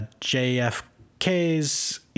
JFK's